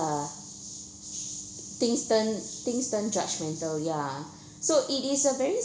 things turn things turn judgmental ya so it is a very